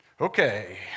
Okay